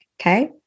Okay